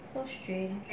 so strange